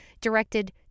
directed